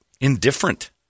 indifferent